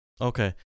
Okay